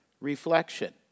reflection